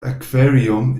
aquarium